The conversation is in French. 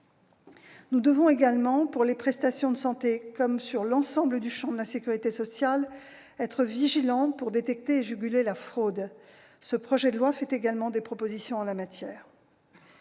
Nous devons également, pour les prestations de santé comme sur l'ensemble du champ de la sécurité sociale, être vigilants pour détecter et juguler la fraude. Nous avons formulé des propositions en ce